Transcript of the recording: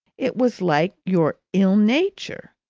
it was like your ill nature.